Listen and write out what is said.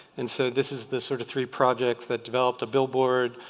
and so this is the sort of three projects that developed a billboard,